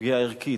פגיעה ערכית.